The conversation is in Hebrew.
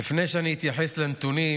לפני שאני אתייחס לנתונים,